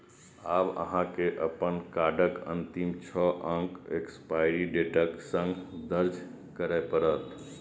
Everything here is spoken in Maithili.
आब अहां के अपन कार्डक अंतिम छह अंक एक्सपायरी डेटक संग दर्ज करय पड़त